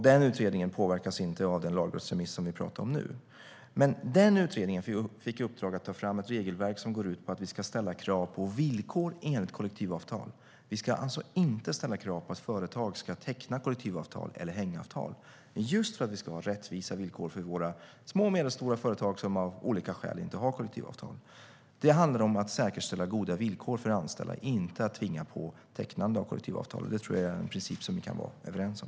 Den utredningen påverkas inte av den lagrådsremiss vi talar om nu, men utredningen fick i uppdrag att ta fram ett regelverk som går ut på att vi ska ställa krav på villkor enligt kollektivavtal. Vi ska alltså inte ställa krav på att företag ska teckna kollektivavtal eller hängavtal, just för att vi ska ha rättvisa villkor för våra små och medelstora företag som av olika skäl inte har kollektivavtal. Det handlar om att säkerställa goda villkor för anställda, inte om att tvinga fram tecknande av kollektivavtal. Det tror jag är en princip vi kan vara överens om.